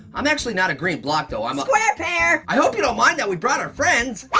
i'm actually not a green block, though, i'm a. square pear! i hope you don't mind that we brought our friends.